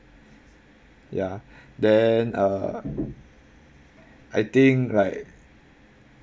ya then uh I think like